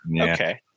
okay